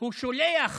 הוא שולח